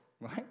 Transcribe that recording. right